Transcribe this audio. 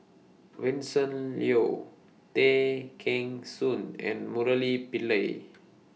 Vincent Leow Tay Kheng Soon and Murali Pillai